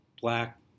black